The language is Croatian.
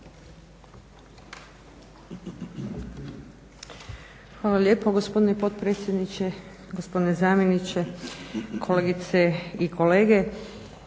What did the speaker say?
Hvala lijepo gospodine potpredsjedniče. Gospodine zamjeniče, kolegice i kolege.